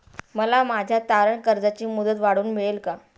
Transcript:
मला माझ्या तारण कर्जाची मुदत वाढवून मिळेल का?